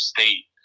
State